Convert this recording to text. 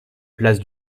place